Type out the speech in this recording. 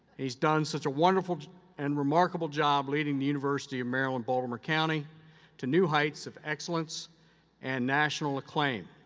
he's done such a wonderful and remarkable job leading the university of maryland baltimore county to new heights of excellence and national acclaim.